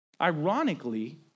Ironically